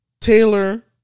Taylor